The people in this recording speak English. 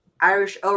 irish